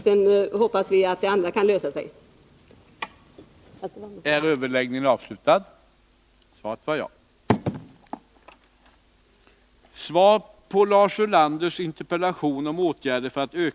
Sedan hoppas vi att också det aktuella problemet kan lösas.